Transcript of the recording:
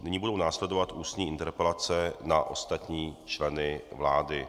Nyní budou následovat ústní interpelace na ostatní členy vlády.